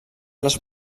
les